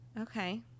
Okay